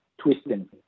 twisting